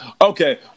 Okay